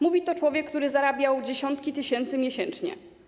Mówi to człowiek, który zarabiał dziesiątki tysięcy miesięcznie.